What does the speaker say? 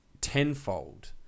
tenfold